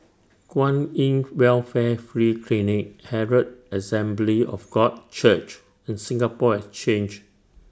Kwan in Welfare Free Clinic Herald Assembly of God Church and Singapore Exchange